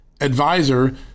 advisor